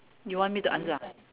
you want me to answer ah